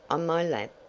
on my lap?